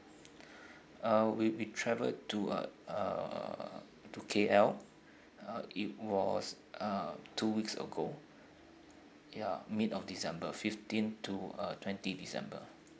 uh we we traveled to uh uh to K_L uh it was uh two weeks ago ya mid of december fifteen to uh twenty december